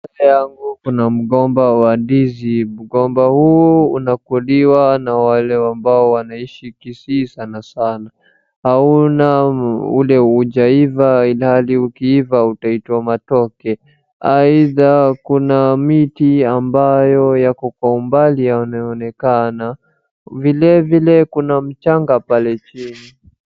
Mbele yangu kuna mgomba wa ndizi, mgomba huu unakuliwa na wale ambao wanaishi Kisii sana sana. Hauna ule haujaiva ilhali ukiiva utaitwa matoke. Either kuna miti ambayo yako kwa umbali yanaonekana vilevile kuna mchanga pale chini.